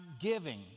giving